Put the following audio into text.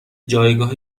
جایگاه